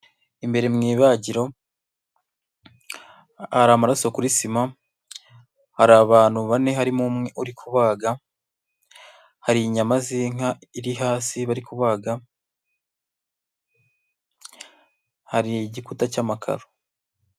Imbere mu ibagiro hari amaraso kuri sima, hari abantu bane harimo umwe uri kubaga, hari inyama z'inka iri hasi bari kuba, hari igikuta cy'amakaro.